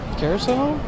carousel